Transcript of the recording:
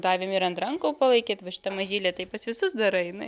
davėm ir ant rankų palaikyt va šita mažylė tai pas visus dar eina